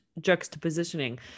juxtapositioning